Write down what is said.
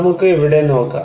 നമുക്ക് ഇവിടെ നോക്കാം